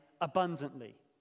abundantly